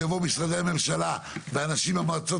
שיבואו משרדי ממשלה ואנשים מהמועצות